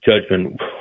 judgment